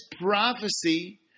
prophecy